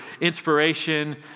inspiration